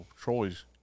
Troy's